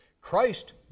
Christ